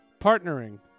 Partnering